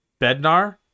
Bednar